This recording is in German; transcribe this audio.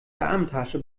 damentasche